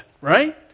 right